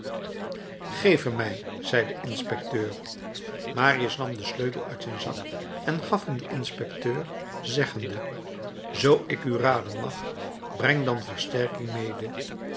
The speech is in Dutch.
hem mij zei de inspecteur marius nam den sleutel uit zijn zak en gaf hem den inspecteur zeggende zoo ik u raden mag breng dan versterking mede